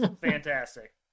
fantastic